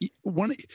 one